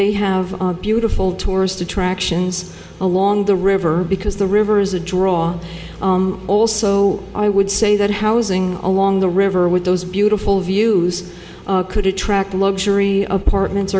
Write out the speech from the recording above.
they have beautiful tourist attractions along the river because the river is a draw also i would say that housing along the river with those beautiful views could attract luxury apartments